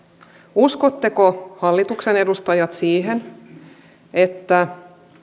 uskotteko hallituksen edustajat siihen että